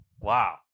Wow